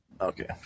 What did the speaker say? Okay